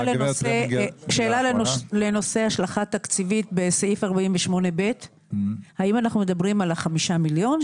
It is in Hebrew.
שאלה לנושא השלכה תקציבית בסעיף 48ב. האם אנחנו מדברים על ה-5 מיליון,